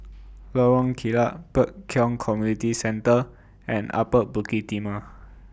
Lorong Kilat Pek Kio Community Centre and Upper Bukit Timah